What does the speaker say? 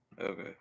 okay